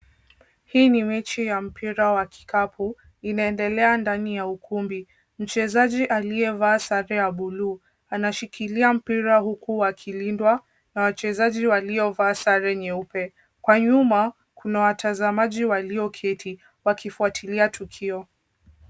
Hii ni mechi ya mpira wa kikapu, inaendelea ndani ya ukumbi. Mchezani aliyevaa sare ya bluu anashikilia mpira huku akilindwa na wachezaji waliovaa sare nyeupe. Kwa nyuma, kuna watazamaji walioketi wakifuatilia tukio.